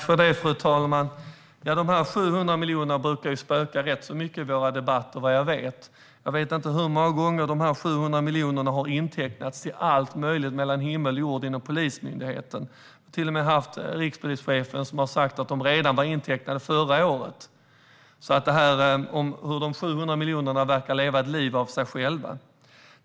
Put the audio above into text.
Fru talman! De 700 miljonerna brukar spöka rätt mycket i våra debatter. Jag vet inte hur många gånger dessa 700 miljoner har intecknats för allt möjligt mellan himmel och jord inom Polismyndigheten. Rikspolischefen har till och med sagt att de var intecknade redan förra året, så de 700 miljonerna verkar leva sitt eget liv.